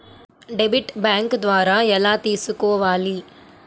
Debit bank ద్వారా ఎలా తీసుకోవాలి?